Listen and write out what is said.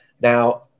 Now